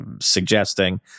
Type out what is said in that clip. suggesting